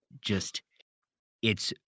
just—it's